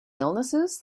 illnesses